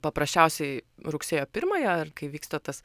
paprasčiausiai rugsėjo pirmąją ar kai vyksta tas